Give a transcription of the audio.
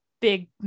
big